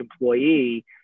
employee